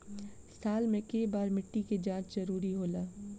साल में केय बार मिट्टी के जाँच जरूरी होला?